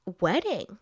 wedding